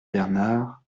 bernard